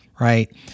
right